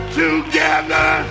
together